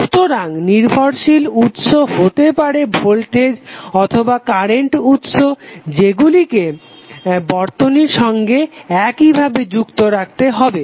সুতরাং নির্ভরশীল উৎস হতে পারে ভোল্টেজ অথবা কারেন্ট উৎস সেগুলিকে বর্তনীর সঙ্গে একই ভাবে যুক্ত রাখতে হবে